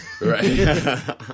right